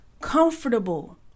comfortable